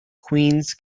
queens